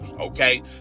okay